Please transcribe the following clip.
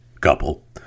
couple